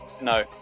No